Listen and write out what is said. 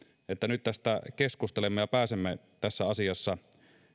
että nyt tästä keskustelemme ja pääsemme tässä asiassa